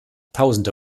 tausende